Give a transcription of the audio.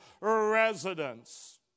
residents